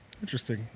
Interesting